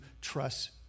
trust